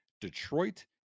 Detroit